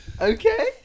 Okay